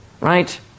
right